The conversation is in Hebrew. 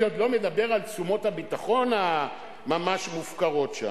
אני עוד לא מדבר על תשומות הביטחון הממש-מופקרות שם.